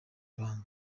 ibanga